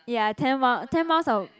ya ten miles ten miles of